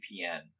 VPN